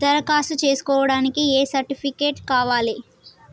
దరఖాస్తు చేస్కోవడానికి ఏ సర్టిఫికేట్స్ కావాలి?